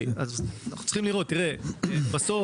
בסוף,